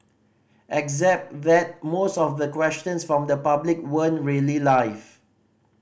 except that most of the questions from the public weren't really live